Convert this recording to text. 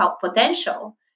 potential